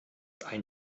ein